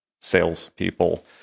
salespeople